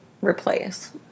replace